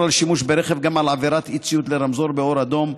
שימוש ברכב גם על עבירת אי-ציות לרמזור באור אדום,